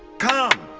come!